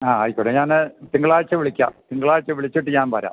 ആ ആയിക്കോട്ടെ ഞാൻ തിങ്കളാഴ്ച വിളിക്കാം തിങ്കളാഴ്ച വിളിച്ചിട്ട് ഞാൻ വരാം